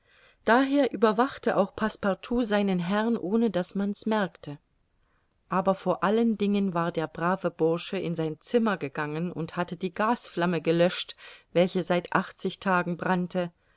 daher überwachte auch passepartout seinen herrn ohne daß man's merkte aber vor allen dingen war der brave bursche in sein zimmer gegangen und hatte die gasflamme gelöscht welche seit achtzig tagen brannte